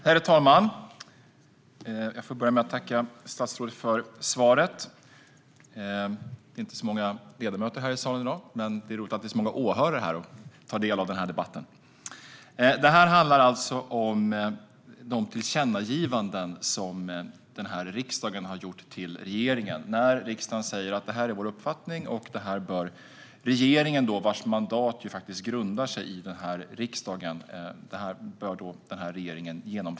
Herr talman! Jag får börja med att tacka statsrådet för svaret. Det är inte många ledamöter i salen i dag, men det är roligt att det är många åhörare här som tar del av debatten. Det handlar alltså om de tillkännagivanden som riksdagen ger till regeringen. Riksdagen säger då: Det här är vår uppfattning, och detta bör regeringen genomföra. Regeringens mandat grundar sig ju i denna riksdag.